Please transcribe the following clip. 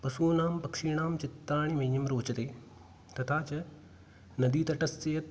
पशूनां पक्षिणां चित्राणि मह्यं रोचते तथा च नदीतटस्य